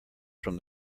from